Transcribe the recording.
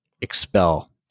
expel